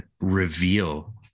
reveal